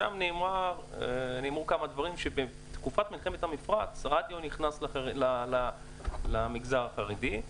שם נאמר שבתקופת מלחמת המפרץ הרדיו נכנס למגזר החרדי,